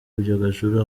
ibyogajuru